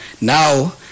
now